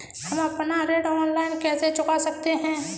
हम अपना ऋण ऑनलाइन कैसे चुका सकते हैं?